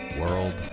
world